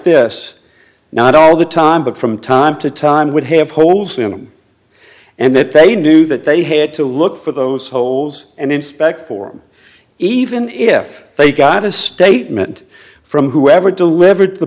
this not all the time but from time to time would have holes in them and that they knew that they had to look for those holes and inspect for him even if they got a statement from whoever delivered the